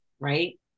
right